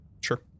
Sure